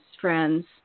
friends